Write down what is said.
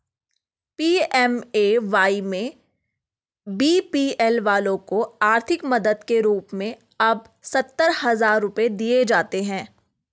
PMAY में BPL वालों को आर्थिक मदद के रूप में अब सत्तर हजार रुपये दिए जाते हैं